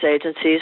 agencies